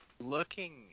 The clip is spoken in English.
Looking